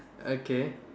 okay